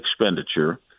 expenditure